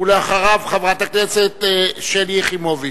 אחריו, חברת הכנסת שלי יחימוביץ.